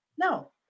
No